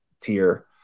tier